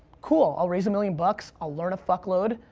cool, i'll raise a million bucks, i'll learn a fuckload.